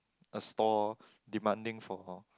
a store demanding for